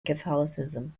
catholicism